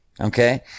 Okay